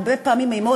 הרבה פעמים אמו,